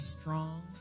strong